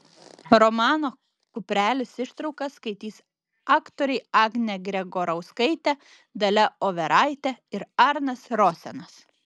romano kuprelis ištrauką skaitys aktoriai agnė gregorauskaitė dalia overaitė ir arnas rosenas